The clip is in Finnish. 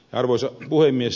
arvoisa puhemies